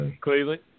Cleveland